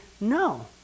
no